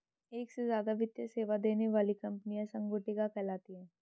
एक से ज्यादा वित्तीय सेवा देने वाली कंपनियां संगुटिका कहलाती हैं